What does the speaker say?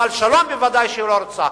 אבל שלום היא בוודאי לא רוצה.